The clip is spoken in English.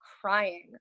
crying